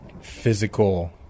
physical